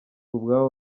ubwabo